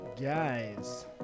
Guys